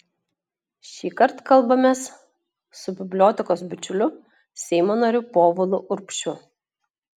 šįkart kalbamės su bibliotekos bičiuliu seimo nariu povilu urbšiu